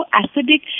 acidic